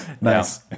Nice